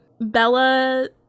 Bella